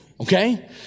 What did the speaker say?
okay